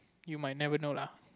you might never know lah